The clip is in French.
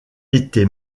été